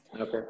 Okay